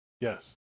Yes